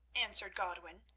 answered godwin,